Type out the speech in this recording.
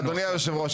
אדוני היושב ראש,